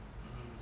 mmhmm